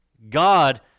God